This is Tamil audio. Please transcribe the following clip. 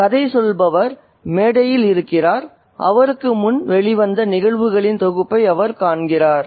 எனவே கதை சொல்பவர் மேடையில் இருக்கிறார் அவருக்கு முன் வெளிவந்த நிகழ்வுகளின் தொகுப்பை அவர் காண்கிறார்